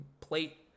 plate